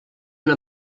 una